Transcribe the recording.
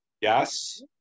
Yes